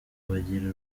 bagira